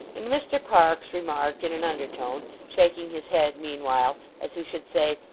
and mr parkes remarked in an undertone, shaking his head meanwhile as who should say,